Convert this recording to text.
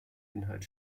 inhalt